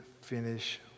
finish